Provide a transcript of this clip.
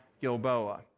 Gilboa